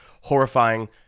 horrifying